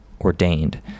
ordained